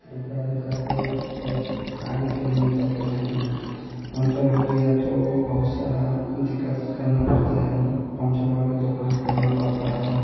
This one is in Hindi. रिपेरिंग करके फिर आगे के लिए निकलते हैं पंचर हो गया तो बहुत सारा दिक्कत करना पड़ता है पंचर वाली दुकान खोलना पड़ता है